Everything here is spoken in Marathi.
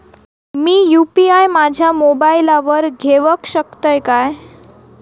मी यू.पी.आय माझ्या मोबाईलावर घेवक शकतय काय?